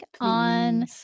on